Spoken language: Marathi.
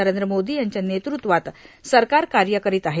नरेंद्र मोदी यांच्या नेतृत्वात सरकार कार्य करीत आहे